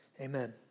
amen